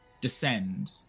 descend